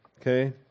Okay